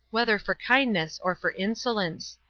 whether for kindness or for insolence.